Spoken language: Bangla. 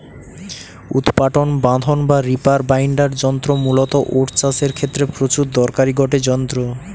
উৎপাটন বাঁধন বা রিপার বাইন্ডার যন্ত্র মূলতঃ ওট চাষের ক্ষেত্রে প্রচুর দরকারি গটে যন্ত্র